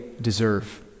deserve